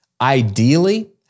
Ideally